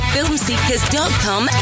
FilmSeekers.com